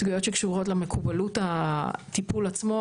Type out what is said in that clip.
סוגיות שקשורות למקובלות הטיפול עצמו